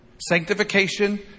Sanctification